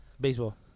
Baseball